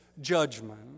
judgment